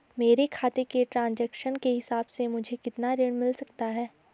मेरे खाते के ट्रान्ज़ैक्शन के हिसाब से मुझे कितना ऋण मिल सकता है?